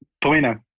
Paulina